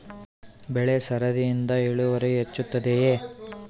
ಬೆಳೆ ಸರದಿಯಿಂದ ಇಳುವರಿ ಹೆಚ್ಚುತ್ತದೆಯೇ?